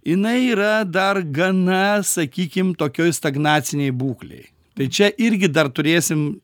jinai yra dar gana sakykim tokioj stagnacinėj būklėj tai čia irgi dar turėsim